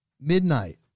midnight